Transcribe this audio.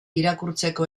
irakurtzeko